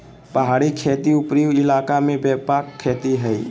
पहाड़ी खेती उपरी इलाका में व्यापक खेती हइ